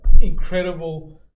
incredible